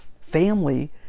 family